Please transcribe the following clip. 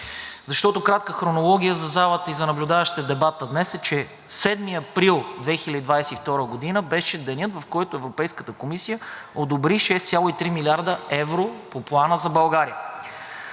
Защото, кратка хронология за залата и за наблюдаващите дебата днес, 7 април 2022 г. беше денят, в който Европейската комисия одобри 6,3 млрд. евро по Плана за България.